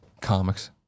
Comics